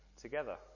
together